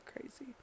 crazy